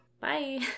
Bye